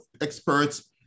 experts